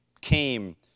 came